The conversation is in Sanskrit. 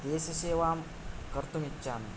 देश सेवां कर्तुमिच्छामि